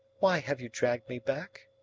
why have you dragged me back?